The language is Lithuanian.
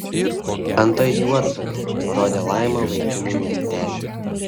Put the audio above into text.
antai juodsodė parodė laima vaikinui miestelį